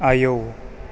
आयौ